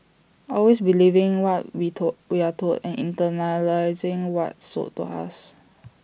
always believing what we told we are told and internalising what's sold to us